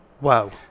Wow